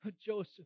Joseph